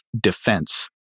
defense